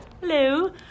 Hello